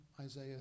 Isaiah